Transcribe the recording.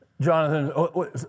Jonathan